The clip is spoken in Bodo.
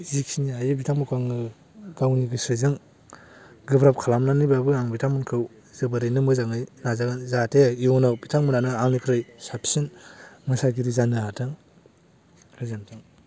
जिखिनि हायो बिथांमोनखौ आङो गावनि गोसोजों गोब्राब खालामनानैबाबो आं बिथांमोनखौ जोबोरैनो मोजाङै नाजागोन जाहाथे इयुनाव बिथांमोनहानो आंनिख्रुइ साबसिन मोसागिरि जानो हाथों गोजोनथों